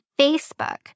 Facebook